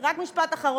רק משפט אחרון.